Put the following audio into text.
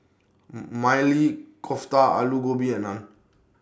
Maili Kofta Alu Gobi and Naan